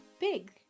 big